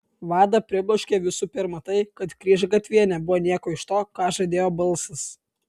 vadą pribloškė visų pirma tai kad kryžgatvyje nebuvo nieko iš to ką žadėjo balsas